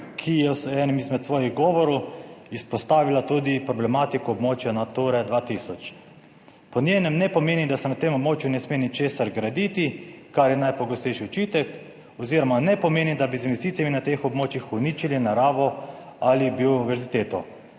ki je v enem izmed svojih govorov izpostavila tudi problematiko območja Nature 2000. Po njenem ne pomeni, da se na tem območju ne sme ničesar graditi, kar je najpogostejši očitek, oziroma ne pomeni, da bi z investicijami na teh območjih uničili naravo ali biodiverziteto.